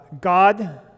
God